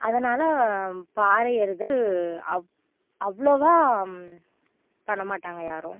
அதனால் பாறை ஏறுதல் அவ் அவ்வளோவா பண்ண மாட்டாங்க யாரும்